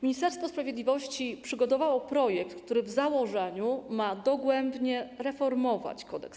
Ministerstwo Sprawiedliwości przygotowało projekt, który w założeniu ma dogłębnie reformować k.k.